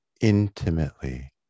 intimately